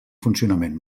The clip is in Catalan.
funcionament